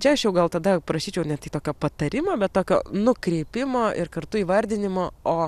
čia aš jau gal tada prašyčiau netgi tokio patarimo bet tokio nukreipimo ir kartu įvardinimo o